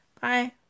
Bye